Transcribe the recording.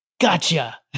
Gotcha